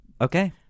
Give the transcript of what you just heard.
Okay